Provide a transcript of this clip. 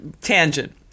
tangent